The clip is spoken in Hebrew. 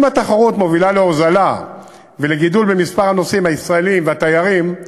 אם התחרות מובילה להוזלה ולגידול במספר הנוסעים הישראלים והתיירים,